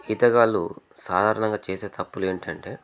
ఈతగాళ్ళు సాధారణంగా చేసే తప్పులు ఏంటంటే